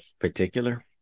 particular